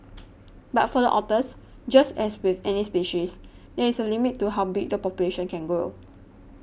but for the otters just as with any species there is a limit to how big the population can grow